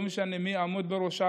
לא משנה מי יעמוד בראשה,